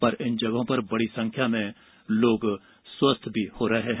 पर इन जगहों पर बड़ी संख्या में लोग स्वस्थ भी हो रहे हैं